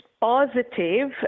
positive